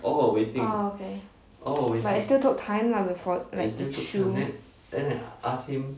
oh okay oh but it still took time lah before like it shoe